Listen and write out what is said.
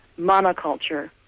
monoculture